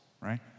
Right